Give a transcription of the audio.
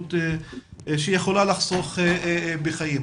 התמודדות שיכולה לחסוך בחיים.